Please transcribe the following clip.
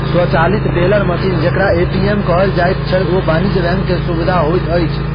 स्वचालित teller machine जेकरा ATM कहल जाइत छै, ओ वाणिज्य बैंक के सुविधा होइत अछि